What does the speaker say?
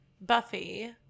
Buffy